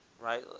Right